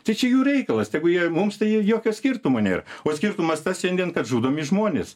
tai čia jų reikalas tegu jie mums tai jokio skirtumo nėra o skirtumas tas šiandien kad žudomi žmonės